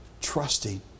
Trusting